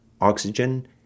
oxygen